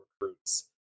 recruits